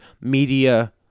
media